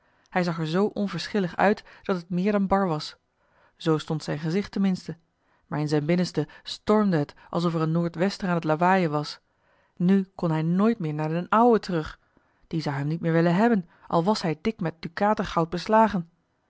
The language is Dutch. hij zag er zoo onverschillig uit dat het meer dan bar was zoo stond zijn gezicht ten minste maar in zijn binnenste stormde het alsof er een noord-wester aan t lawaaien was nu kon hij nooit meer naar d'n ouwe terug die zou hem niet meer willen hebben al was hij dik met dukatengoud beslagen